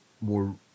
more